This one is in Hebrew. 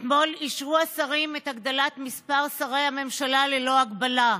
אתמול אישרו השרים את הגדלת מספר שרי הממשלה ללא הגבלה,